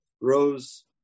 Rose